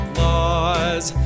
laws